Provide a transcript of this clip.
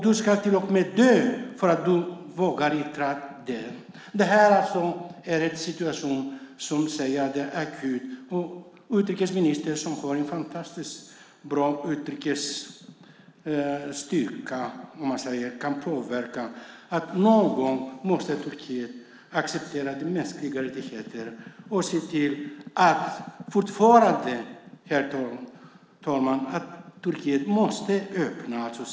Du ska till och med dö för att du vågar yttra din åsikt. Utrikesministern har en fantastisk styrka att påverka, och han kan framföra att någon gång måste Turkiet acceptera mänskliga rättigheter och öppna sina arkiv. Det sägs att arkiven är öppna.